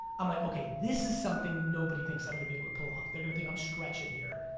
i'm like okay this is something nobody thinks i'm gonna be able to pull off. they're gonna think i'm stretching here.